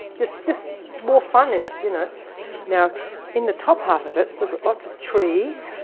just just more fun in it. you know now in the top half of it, we've got lots of trees,